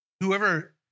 Whoever